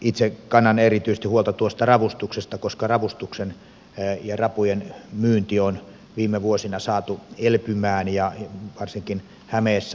itse kannan erityisesti huolta tuosta ravustuksesta koska ravustus ja rapujen myynti on viime vuosina saatu elpymään varsinkin hämeessä